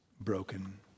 broken